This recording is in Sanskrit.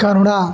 करुणा